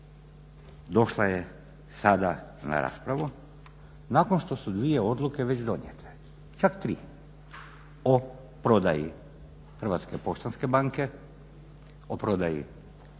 došla je sada na raspravu nakon što su dvije odluke već donijete, čak tri o prodaji HPB-a, o prodaji Croatia